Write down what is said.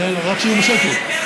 לפרח אין גב,